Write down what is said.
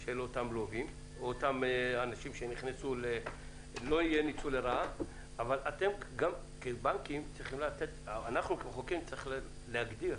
של אותם לווים, אבל אנחנו כמחוקקים צריכים להגדיר